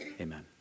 amen